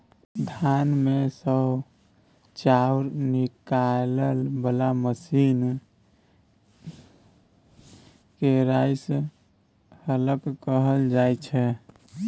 धान मे सँ चाउर निकालय बला मशीन केँ राइस हलर कहल जाइ छै